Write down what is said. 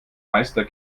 meister